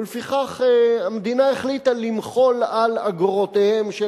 ולפיכך המדינה החליטה למחול על אגורותיהם של